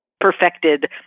perfected